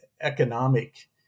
economic